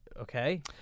Okay